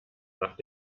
nach